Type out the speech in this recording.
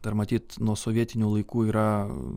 dar matyt nuo sovietinių laikų yra